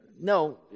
no